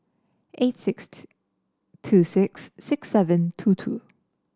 eight six two six six seven two two